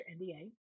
nda